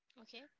okay